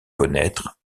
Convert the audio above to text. connaître